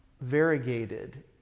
variegated